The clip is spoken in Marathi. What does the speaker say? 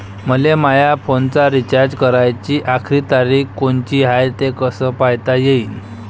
मले माया फोनचा रिचार्ज कराची आखरी तारीख कोनची हाय, हे कस पायता येईन?